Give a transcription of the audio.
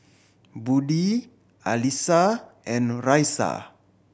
Budi Alyssa and Raisya